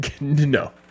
no